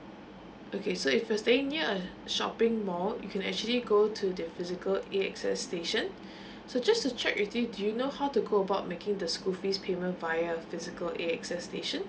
okay so if you're staying at a shopping mall you can actually go to the physical A_X_S station so just to check with you do you know how to go about making the school fees payment via physical A_X_S station